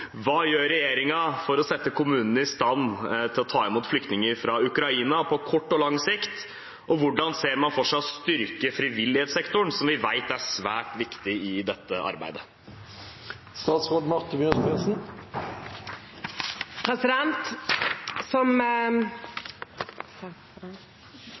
for å sette kommunene i stand til å ta imot flyktninger fra Ukraina på kort og lang sikt, og hvordan ser man for seg å styrke frivillighetssektoren som vi vet er svært viktig i dette